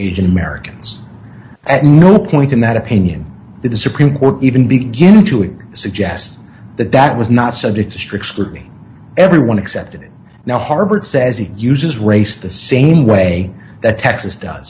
asian americans at no point in that opinion that the supreme court even begin to it suggests that that was not subject to strict scrutiny everyone accepted it now harvard says it uses race the same way that texas does